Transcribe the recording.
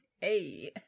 hey